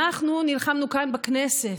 אנחנו נלחמנו כאן בכנסת,